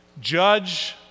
Judge